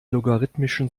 logarithmischen